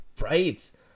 Right